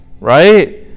right